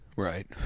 right